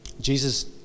Jesus